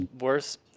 worse